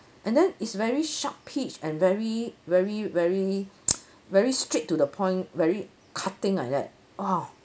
and then is very sharp pitch and very very very very straight to the point very cutting like that !ow!